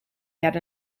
yet